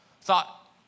thought